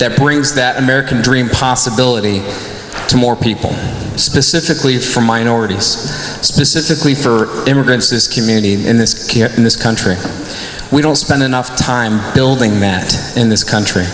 that brings that american dream possibility to more people specifically for minorities specifically for immigrants this community in this in this country we don't spend enough time building in this country